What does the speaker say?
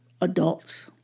adults